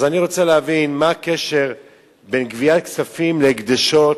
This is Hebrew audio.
אז אני רוצה להבין מה הקשר בין גביית כספים להקדשות,